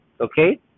okay